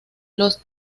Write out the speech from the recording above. los